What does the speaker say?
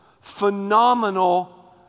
phenomenal